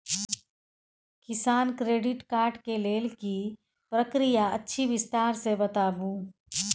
किसान credit card के लेल की प्रक्रिया अछि विस्तार से बताबू?